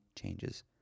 changes